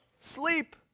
Sleep